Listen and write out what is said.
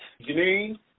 Janine